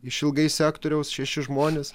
išilgai sektoriaus šeši žmonės